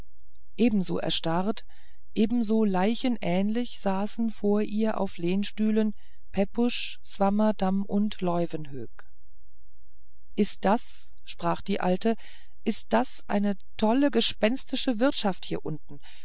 ebenso erstarrt ebenso leichenähnlich saßen vor ihr auf lehnstühlen pepusch swammerdamm und leuwenhoek ist das sprach die alte ist das eine tolle gespenstische wirtschaft hier unten